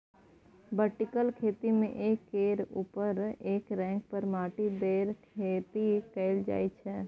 vertical खेती मे एक केर उपर एक रैक पर माटि दए खेती कएल जाइत छै